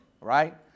Right